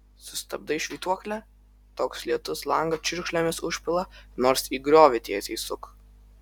sustabdai švytuoklę toks lietus langą čiurkšlėmis užpila nors į griovį tiesiai suk